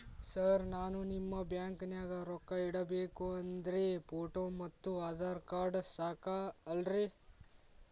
Sir ನಾನು ನಿಮ್ಮ ಬ್ಯಾಂಕನಾಗ ರೊಕ್ಕ ಇಡಬೇಕು ಅಂದ್ರೇ ಫೋಟೋ ಮತ್ತು ಆಧಾರ್ ಕಾರ್ಡ್ ಸಾಕ ಅಲ್ಲರೇ?